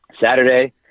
Saturday